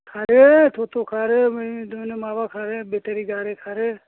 खारो थथ' खारो मा बिदिनो माबा खारो बेटारि गारि खारो